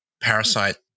Parasite